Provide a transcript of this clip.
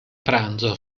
pranzo